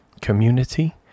community